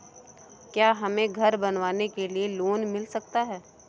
क्या हमें घर बनवाने के लिए लोन मिल सकता है?